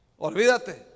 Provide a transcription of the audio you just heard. olvídate